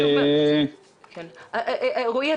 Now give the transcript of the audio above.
רועי,